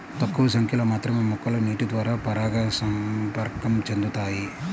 తక్కువ సంఖ్యలో మాత్రమే మొక్కలు నీటిద్వారా పరాగసంపర్కం చెందుతాయి